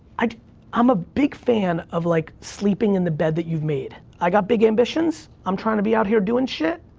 i'm a big fan, of like, sleeping in the bed that you've made. i got big ambitions, i'm trying to be out here doin' shit?